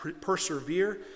persevere